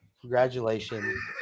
Congratulations